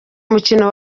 umukino